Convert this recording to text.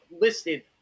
listed